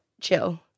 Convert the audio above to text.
chill